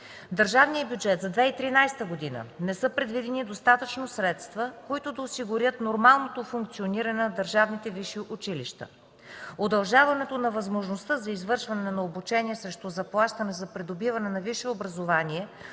държавния бюджет за 2013 г. не са предвидени достатъчно средства, които да осигурят нормалното функциониране на държавните висши училища. Удължаването на възможността за извършване на обучение срещу заплащане за придобиване на висше образование